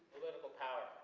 political power.